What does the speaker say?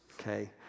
okay